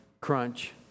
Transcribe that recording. crunch